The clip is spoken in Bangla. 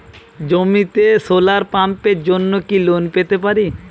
জমিতে সোলার পাম্পের জন্য কি লোন পেতে পারি?